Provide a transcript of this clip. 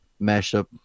mashup